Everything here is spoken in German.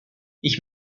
ich